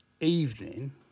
evening